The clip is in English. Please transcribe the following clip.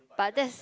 but that's